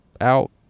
out